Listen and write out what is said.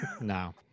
No